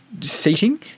Seating